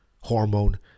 hormone